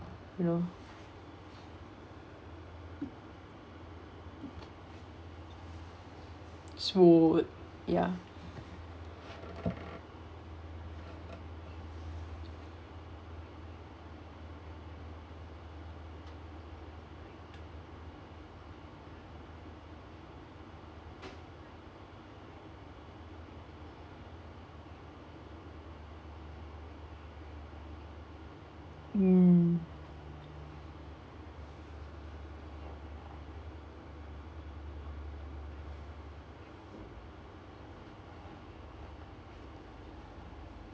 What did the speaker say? you know smooth ya mm